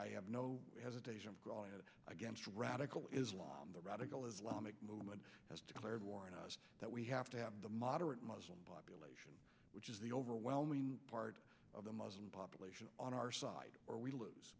i have no hesitation against radical islam the radical islamic movement has declared war on us that we have to have the moderate muslim population which is the overwhelming part of the muslim population on our side or we lose